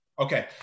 Okay